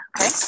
okay